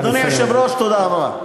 אדוני היושב-ראש, תודה רבה.